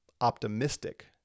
optimistic